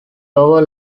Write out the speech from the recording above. lower